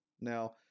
Now